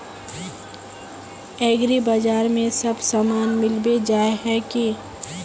एग्रीबाजार में सब सामान मिलबे जाय है की?